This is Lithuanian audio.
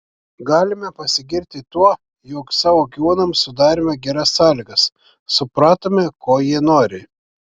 galime pasigirti tuo jog savo gyvūnams sudarėme geras sąlygas supratome ko jie nori